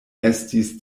estis